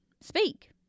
speak